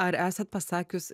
ar esat pasakius